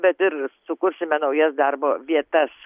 bet ir sukursime naujas darbo vietas